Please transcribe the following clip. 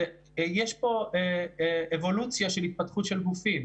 ויש פה אבולוציה של התפתחות של גופים.